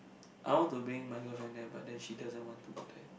I want to bring my girlfriend there but then she doesn't want to go there